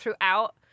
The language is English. throughout